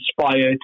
inspired